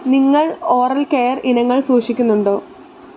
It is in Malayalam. നിങ്ങൾ ഓറൽ കെയർ ഇനങ്ങൾ സൂക്ഷിക്കുന്നുണ്ടോ